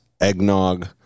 eggnog